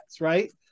right